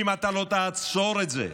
אם לא תעצור את זה,